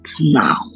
now